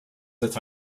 that